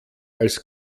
als